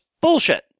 bullshit